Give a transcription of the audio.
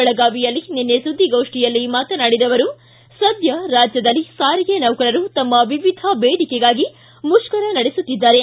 ಬೆಳಗಾವಿಯಲ್ಲಿ ನಿನ್ನೆ ಸುದ್ದಿಗೋಪ್ಠಿಯಲ್ಲಿ ಮಾತನಾಡಿದ ಅವರು ಸದ್ದ ರಾಜ್ಯದಲ್ಲಿ ಸಾರಿಗೆ ನೌಕರರು ತಮ್ಮ ವಿವಿಧ ಬೇಡಿಕೆಗಾಗಿ ಮುಷ್ಣರ ನಡೆಸುತ್ತಿದ್ದಾರೆ